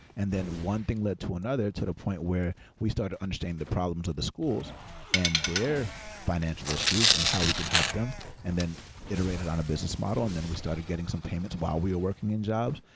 and then one thing led to another to the point where we started understanding the problems of the schools and their financial issues and how we can help them and then iterate it on a business model. then we started getting some payments while we're working in jobs.